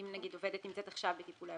אם נגיד עובדת נמצאת עכשיו בטיפולי הפוריות.